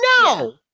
No